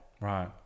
Right